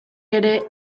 ere